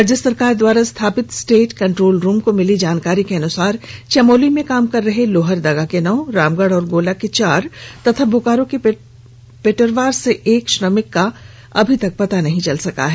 राज्य सरकार द्वारा स्थापित स्टेट कंट्रोल रूम को मिली जानकारी के अनुसार चमोली में काम कर रहे लोहरदगा के नौ रामगढ़ के गोला के चार तथा बोकारो के पेटरवार के एक श्रमिक का अभी तक पता नहीं चल पाया है